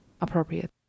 appropriate